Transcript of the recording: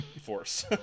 force